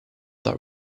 that